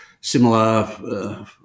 similar